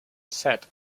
set